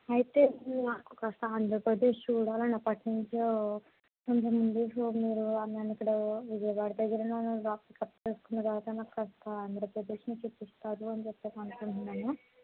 అయితే మేము నాకు కాస్త ఆంధ్రప్రదేశ్ చూడాలిని ఎప్పటినుంచో కొంచెం ముందే చూడనీరు నన్నుఇక్కడ విజయవాడ దగ్గర నన్ను డ్రాప్ పికప్ చేసుకున్న తర్వాత నాకు కాస్త ఆంధ్రప్రదేశ్ని చూపిస్తారు అని చెప్పేసి అనుకుంటున్నాను